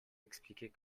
expliquer